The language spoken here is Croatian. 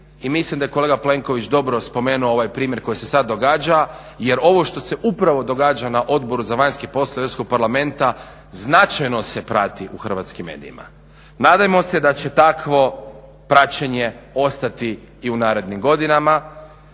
I mislim da je kolega Plenković dobro spomenuo ovaj primjer koji se sad događa, jer ovo što se upravo događa na Odboru za vanjske poslove Europskog parlamenta značajno se prati u hrvatskim medijima. Nadajmo se da će takvo praćenje ostati i u narednim godinama.